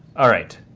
all right,